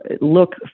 look